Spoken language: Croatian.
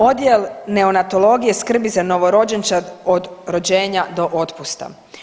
Odjel neonatologije skrbi za novorođenčad od rođenja do otpusta.